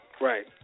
right